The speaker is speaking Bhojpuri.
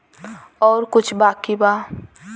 और कुछ बाकी बा?